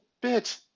bit